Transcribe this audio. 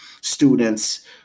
students